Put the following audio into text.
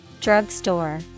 Drugstore